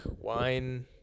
wine